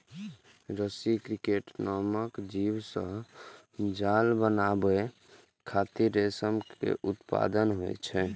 रसी क्रिकेट नामक जीव सं जाल बनाबै खातिर रेशम के उत्पादन होइ छै